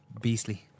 beastly